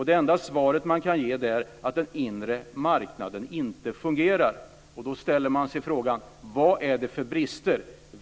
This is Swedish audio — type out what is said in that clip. Det enda svar som kan ges är att den inre marknaden inte fungerar. Man ställer sig då frågan: Vad har den för brister?